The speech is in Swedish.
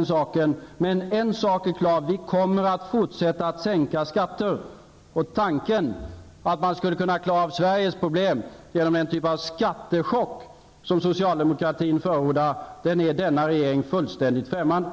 En sak är emellertid klar: Vi kommer att fortsätta sänka skatter. Tanken att man skulle kunna klara av Sveriges problem genom den typ av skattechock som socialdemokraterna förordar, är denna regering fullständigt främmande.